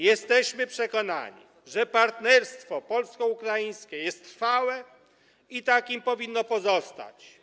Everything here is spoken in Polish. Jesteśmy przekonani, że partnerstwo polsko-ukraińskie jest trwałe i takie powinno pozostać.